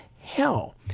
hell